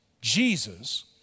Jesus